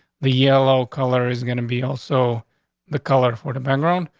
the yellow color is gonna be also the color for the background.